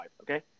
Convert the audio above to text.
okay